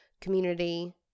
community